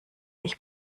ich